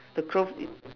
the cloth is